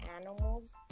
animals